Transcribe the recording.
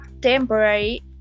temporary